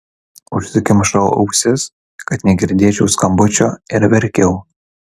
užsikimšau ausis kad negirdėčiau skambučio ir verkiau